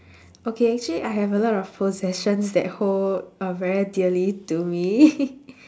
okay actually I have a lot of possessions that hold uh very dearly to me